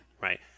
Right